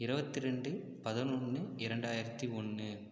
இருபத்திரெண்டு பதினொன்று இரண்டாயிரத்து ஒன்று